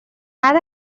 بعد